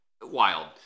Wild